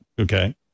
Okay